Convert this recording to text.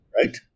right